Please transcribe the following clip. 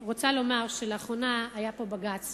אני רוצה לומר שלאחרונה היה פה בג"ץ